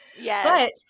Yes